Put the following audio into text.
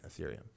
Ethereum